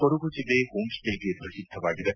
ಕೊಡಗು ಜಿಲ್ಲೆ ಹೋಮ್ಸ್ಟೇಗೆ ಪ್ರಸಿದ್ಧವಾಗಿದೆ